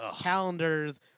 calendars